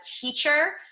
teacher